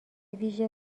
ویژه